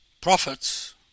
prophets